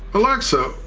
alexa,